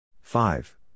five